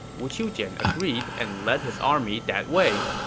wu qiujian agreed and led his army that way.